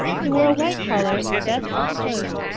he wore a white collar and his best suit of clothes,